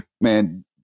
Man